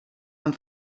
amb